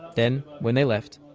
then, when they left,